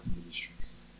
Ministries